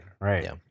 right